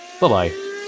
Bye-bye